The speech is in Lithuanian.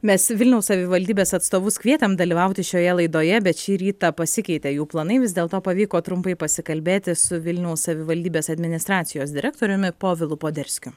mes vilniaus savivaldybės atstovus kvietėm dalyvauti šioje laidoje bet šį rytą pasikeitė jų planai vis dėlto pavyko trumpai pasikalbėti su vilniaus savivaldybės administracijos direktoriumi povilu poderskiu